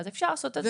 אפשר לעשות את זה.